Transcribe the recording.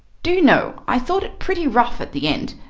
do you know, i thought it pretty rough at the end,